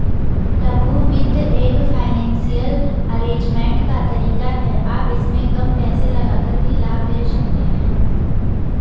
लघु वित्त एक फाइनेंसियल अरेजमेंट का तरीका है आप इसमें कम पैसे लगाकर भी लाभ ले सकते हैं